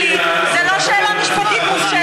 לא,